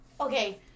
okay